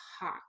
hot